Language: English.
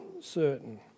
certain